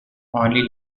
only